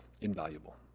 invaluable